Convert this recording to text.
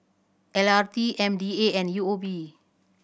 L R T M D A and U O B